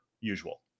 usual